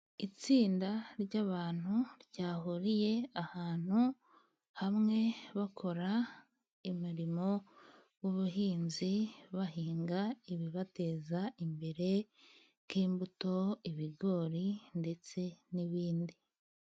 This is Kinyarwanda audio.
Itsinda ry'abantu ryahuriye ahantu hamwe, bakora imirimo y'ubuhinzi , bahinga ibibateza imbere: nk'imbuto, ibigori, ndetse n'ibindi.